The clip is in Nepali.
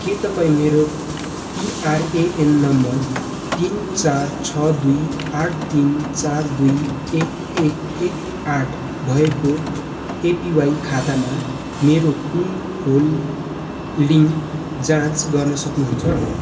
के तपाईँँ मेरो पिआरएएन नम्बर तिन चार छ दुई आठ तिन चार दुई एक एक एक आठ भएको एपिवाई खातामा मेरो कुल होल्डिङ जाँच गर्न सक्नु हुन्छ